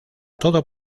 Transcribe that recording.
todo